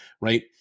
right